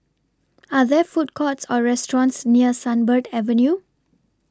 Are There Food Courts Or restaurants near Sunbird Avenue